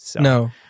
No